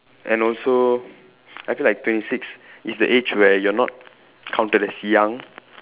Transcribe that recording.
and also I feel like twenty six is the age where you are not counted as young